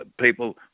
people